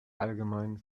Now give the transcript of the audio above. allgemeinen